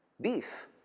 beef